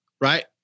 right